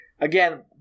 again